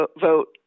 vote